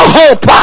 hope